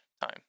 time